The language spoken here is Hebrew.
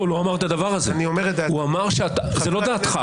זו לא דעתך.